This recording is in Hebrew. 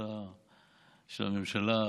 עבודה של הממשלה,